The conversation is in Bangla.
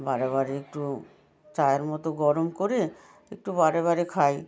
বারে বারে একটু চায়ের মতো গরম করে একটু বারে বারে খাই